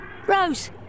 Rose